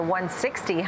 160